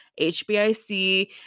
hbic